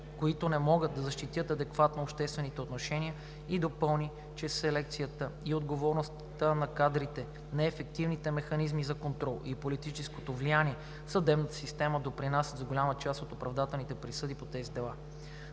които не могат да защитят адекватно обществените отношения, и допълни, че селекцията и отговорността на кадрите, неефективните механизми за контрол и политическото влияние в съдебната система допринасят за голяма част от оправдателните присъди по тези дела.